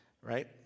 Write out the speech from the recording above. right